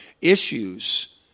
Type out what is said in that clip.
issues